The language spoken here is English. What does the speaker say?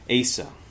Asa